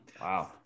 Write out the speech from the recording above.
Wow